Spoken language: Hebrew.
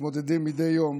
מתמודדים מדי יום